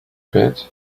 bit